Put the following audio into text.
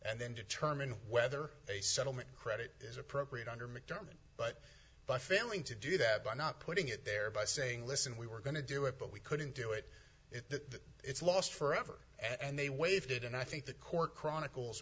and then determine whether a settlement credit is appropriate under mcdermott but by failing to do that by not putting it there by saying listen we were going to do it but we couldn't do it that it's lost forever and they waived it and i think the court chronicles